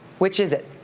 which is it?